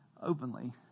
openly